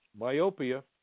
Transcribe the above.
myopia